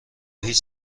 هیچ